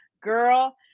Girl